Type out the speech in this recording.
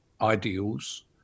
ideals